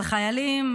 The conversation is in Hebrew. על חיילים,